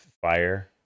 fire